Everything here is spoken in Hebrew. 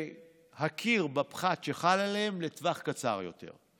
להכיר בפחת שחל עליהם בטווח קצר יותר.